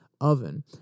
oven